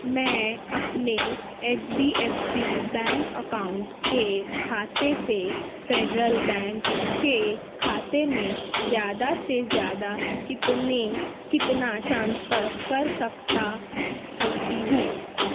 میں اپنے H D F C bank account کے کھاتے سے فیڈرل بینک کے کھاتے میں زیادہ سے زیادہ کتنے کتنا ٹرانسفر کر سکتا سکتی ہوں